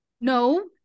No